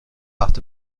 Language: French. hart